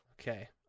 Okay